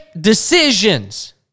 decisions